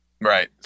Right